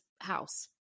house